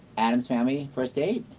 addams family, first date?